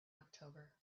october